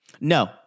No